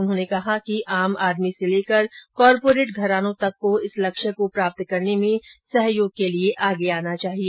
उन्होंने कहा कि आम आदमी से लेकर कारपोरेट घरानों तक को इस लक्ष्य को प्राप्त करने में सहयोग के लिए आगे आना चाहिए